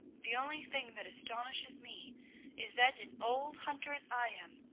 the only thing that astonishes me is that an old hunter, as i am,